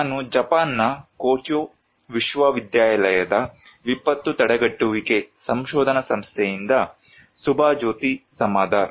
ನಾನು ಜಪಾನ್ನ ಕ್ಯೋಟೋ ವಿಶ್ವವಿದ್ಯಾಲಯದ ವಿಪತ್ತು ತಡೆಗಟ್ಟುವಿಕೆ ಸಂಶೋಧನಾ ಸಂಸ್ಥೆಯಿಂದ ಸುಭಾಜ್ಯೋತಿ ಸಮದ್ದಾರ್